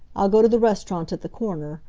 i'll go to the restaurant at the corner.